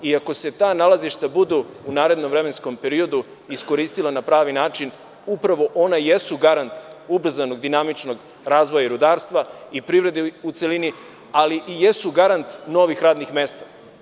Ako se ta nalazišta budu narednom vremenskom periodu iskoristila na pravi način, upravo ona jesu garant ubrzanog dinamičnog razvoja rudarstva i privrede u celini, ali i jesu garant novih radnih mesta.